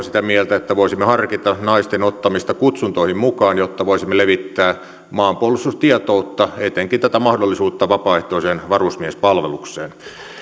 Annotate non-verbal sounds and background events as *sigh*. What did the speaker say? *unintelligible* sitä mieltä että voisimme harkita naisten ottamista kutsuntoihin mukaan jotta voisimme levittää maanpuolustustietoutta etenkin tätä mahdollisuutta vapaaehtoiseen varusmiespalvelukseen